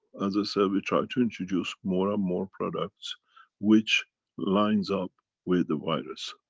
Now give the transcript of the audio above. as i said, we're try to introduce more and more products which lines up with the virus,